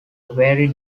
very